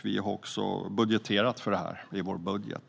Vi har också budgeterat för detta i vår budget.